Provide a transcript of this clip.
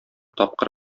тапкыр